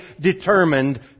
determined